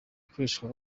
ikoreshwa